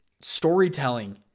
storytelling